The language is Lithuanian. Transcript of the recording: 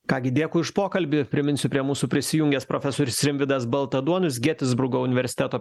ką gi dėkui už pokalbį priminsiu prie mūsų prisijungęs profesorius rimvydas baltaduonis getisburgo universiteto